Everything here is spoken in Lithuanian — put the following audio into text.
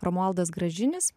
romualdas gražinis